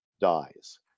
dies